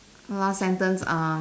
last sentence uh